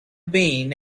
been